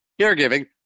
caregiving